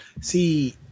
See